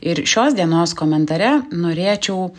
ir šios dienos komentare norėčiau